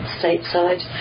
stateside